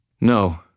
No